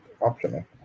optional